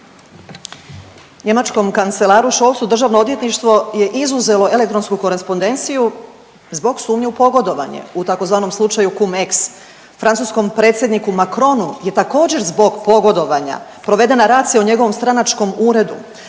Njemačkom kancelaru Scholzu državno odvjetništvo je izuzelo elektronsku korespondenciju zbog sumnje u pogodovanje u tzv. slučaju „CumEx“, francuskom predsjedniku Macronu je također zbog pogodovanja provedena racija u njegovom stranačkom uredu,